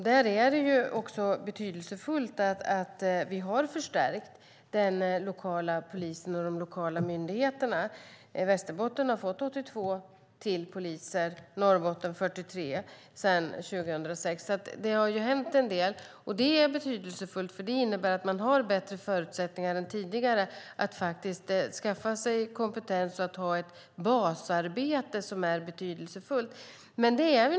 Det är betydelsefullt att vi har förstärkt den lokala polisen och de lokala myndigheterna. Västerbotten har fått 82 poliser ytterligare, och Norrbotten har fått 43 sedan 2006 så det har hänt en del. Det är betydelsefullt eftersom det innebär att man har bättre förutsättningar än tidigare att skaffa sig kompetens och ha ett basarbete.